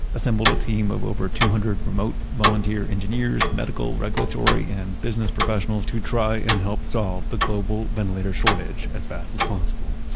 assembled a team of over two hundred remote volunteer engineers, medical, regulatory and business professionals to try and help solve the global ventilator shortage as fast as possible.